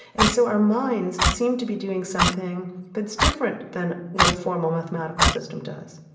and so our minds seem to be doing something that's different than what a formal mathematical system does.